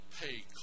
pay